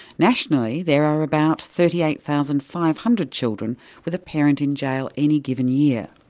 nationally there are about thirty eight thousand five hundred children with a parent in jail any given year.